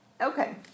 Okay